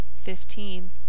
fifteen